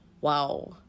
wow